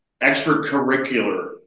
extracurricular